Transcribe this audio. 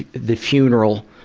the funeral,